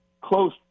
close